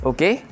Okay